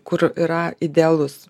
kur yra idealus